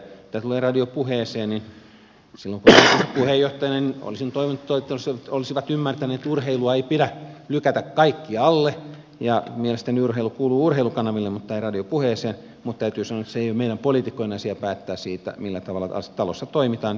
mitä tulee radio puheeseen niin silloin kun olin puheenjohtajana olisin toivonut että toimittajat olisivat ymmärtäneet että urheilua ei pidä lykätä kaikkialle ja mielestäni urheilu kuuluu urheilukanaville mutta ei radio puheeseen mutta täytyy sanoa että ei ole meidän poliitikkojen asia päättää siitä millä tavalla talossa toimitaan